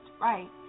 right